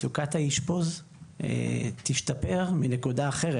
מצוקת האשפוז תשתפר מנקודה אחרת.